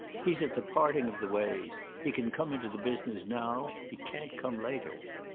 he's at the parting of the ways. he can come into the business now he can't come later.